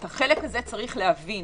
את זה יש להבין.